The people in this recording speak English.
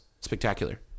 Spectacular